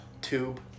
tube